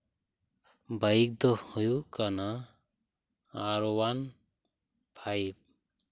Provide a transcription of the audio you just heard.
bike ᱫᱚ ᱦᱩᱭᱩᱜ ᱠᱟᱱᱟ ᱟᱨ ᱳᱣᱟᱱ ᱯᱷᱟᱭᱤᱵᱽ